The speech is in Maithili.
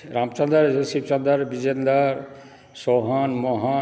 रामचन्द्र शिवचन्द्र बिजेन्द्र सोहन मोहन